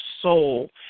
soul